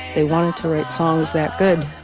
they wanted to write songs that good